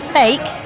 fake